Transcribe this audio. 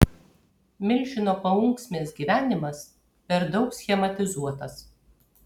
milžino paunksmės gyvenimas per daug schematizuotas